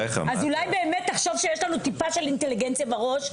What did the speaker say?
אז אולי תחשוב שיש לנו טיפה של אינטליגנציה בראש.